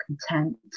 content